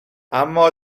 اما